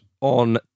on